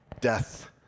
Death